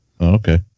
Okay